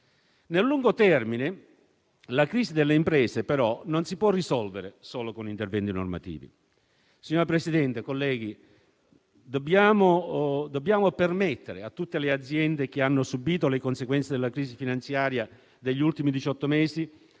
Nel lungo termine la crisi delle imprese, però, non si può risolvere solo con interventi normativi. Signor Presidente, colleghi, dobbiamo permettere a tutte le aziende che hanno subito le conseguenze della crisi finanziaria degli ultimi